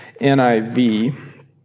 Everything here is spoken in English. NIV